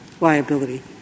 liability